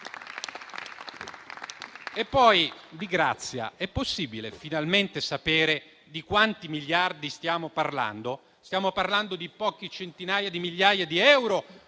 Di grazia, poi, è possibile finalmente sapere di quanti miliardi stiamo parlando? Stiamo parlando di poche centinaia di migliaia di euro